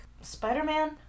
Spider-Man